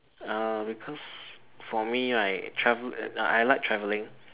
uh because for me right travel uh I like traveling